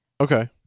Okay